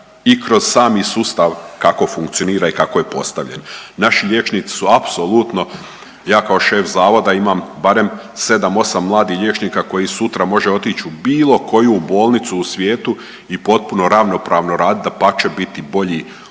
i kroz sami sustav kako funkcionira i kako je postavljen. Naši liječnici su apsolutno, ja kao šef zavoda imam barem 7-8 mladih liječnika koji sutra može otić u bilo koju bolnicu u svijetu i potpuno ravnopravno radit dapače biti bolji od